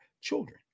Children